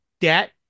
debt